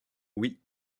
oui